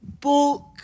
book